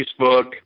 Facebook